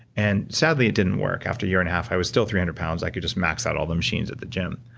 and sadly, it didn't work. after a year and a half i was still three hundred pounds. i could just max out all the machines at the gym,